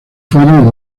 fueron